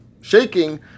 shaking